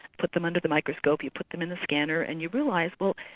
put them under the microscope, you put them in the scanner and you realise, well,